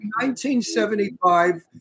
1975